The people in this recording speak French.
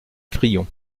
crillon